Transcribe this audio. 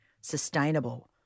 sustainable